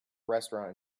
restaurant